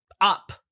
up